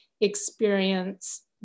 experience